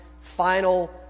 final